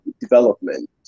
development